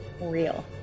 real